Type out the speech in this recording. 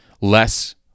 less